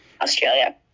Australia